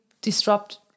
disrupt